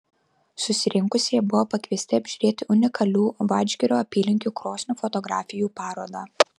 susirinkusieji buvo pakviesti apžiūrėti unikalių vadžgirio apylinkių krosnių fotografijų parodą